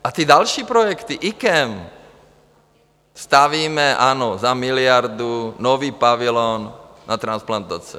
A ty další projekty IKEM, stavíme, ano, za miliardu nový pavilon na transplantace.